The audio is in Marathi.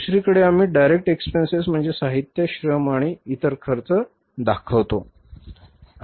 दुसरीकडे आम्ही Direct Expenses म्हणजे साहित्य श्रम आणि इतर खर्च दाखवतो